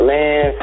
Man